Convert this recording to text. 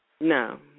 No